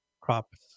crops